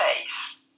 face